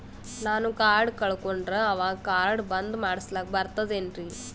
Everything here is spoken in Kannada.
ನಾನು ಕಾರ್ಡ್ ಕಳಕೊಂಡರ ಅವಾಗ ಕಾರ್ಡ್ ಬಂದ್ ಮಾಡಸ್ಲಾಕ ಬರ್ತದೇನ್ರಿ?